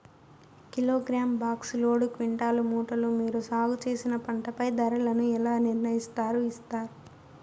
Kilogram, box, load, quintal, మూటలు మీరు సాగు చేసిన పంటపై ధరలను ఎలా నిర్ణయిస్తారు యిస్తారు?